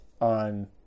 on